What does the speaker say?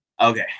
okay